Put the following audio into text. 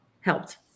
helped